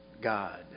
God